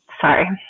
sorry